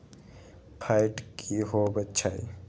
Fat की होवछै?